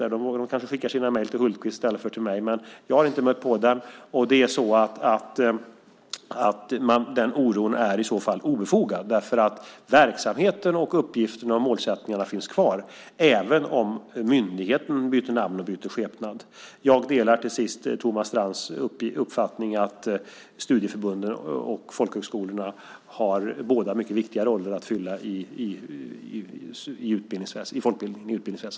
Man kanske skickar sina mejl till Hultqvist i stället för till mig, men jag har som sagt inte stött på någon sådan oro. Den oron är i så fall obefogad, därför att verksamheten, uppgifterna och målsättningarna finns kvar även om myndigheten byter namn och skepnad. Jag delar Thomas Strands uppfattning att studieförbunden och folkhögskolorna båda har mycket viktiga roller att fylla i utbildningsväsendet.